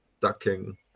ducking